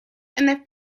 and